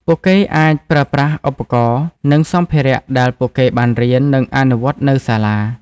ពួកគេអាចប្រើប្រាស់ឧបករណ៍ និងសម្ភារៈដែលពួកគេបានរៀន និងអនុវត្តនៅសាលា។